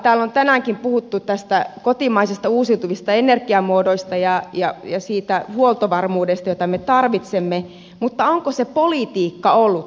täällä on tänäänkin puhuttu kotimaisista uusiutuvista energiamuodoista ja siitä huoltovarmuudesta jota me tarvitsemme mutta onko se politiikka ollut sitä